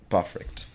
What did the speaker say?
Perfect